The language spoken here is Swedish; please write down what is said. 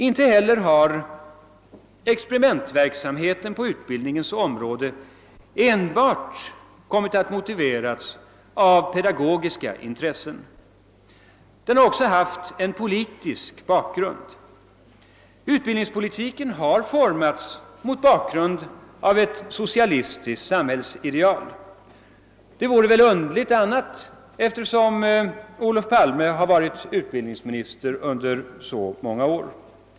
Inte heller har experimentverksamheten på utbildningens område kommit att motiveras av enbart pedagogiska intressen — den har också haft en politisk bakgrund. Utbildningspolitiken har formats mot bakgrund av ett socialistiskt samhällsideal; något annat vore väl underligt eftersom Olof Palme har varit utbildningsminister under så många år.